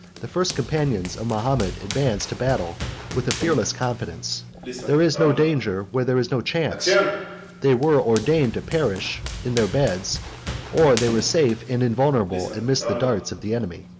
the first companions of mahomet advanced to battle with a fearless confidence there is no danger where there is no chance they were ordained to perish in their beds or they were safe and invulnerable amidst the darts of the enemy.